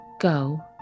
go